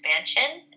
expansion